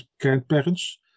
grandparents